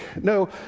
No